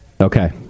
Okay